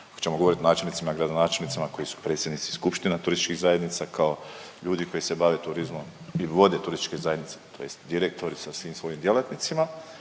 znam hoćemo govoriti o načelnicima, gradonačelnicima koji su predsjednici skupština turističkih zajednica, kao ljudi koji se bave turizmom i vode turističke zajednice tj. direktori sa svim svojim djelatnicima,